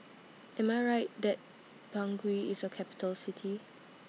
Am I Right that Bangui IS A Capital City